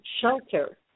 shelter